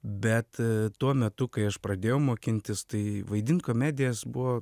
bet tuo metu kai aš pradėjau mokintis tai vaidint komedijas buvo